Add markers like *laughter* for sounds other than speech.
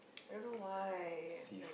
*noise* I don't know why I'm like